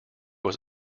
was